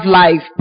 life